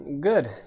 good